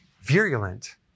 virulent